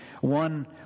One